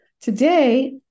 Today